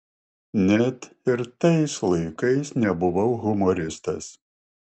net ir tais laikais nebuvau humoristas